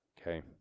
Okay